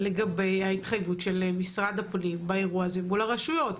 לגבי ההתחייבות של משרד הפנים באירוע הזה מול הרשויות.